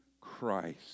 Christ